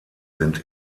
sind